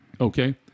Okay